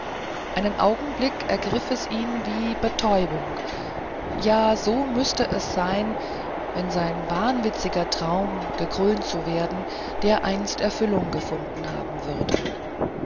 einen augenblick ergriff es ihn wie betäubung ja so müßte es ein wenn sein wahnwitziger traum gekrönt zu werden dereinst erfüllung gefunden haben würde